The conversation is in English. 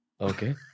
Okay